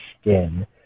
skin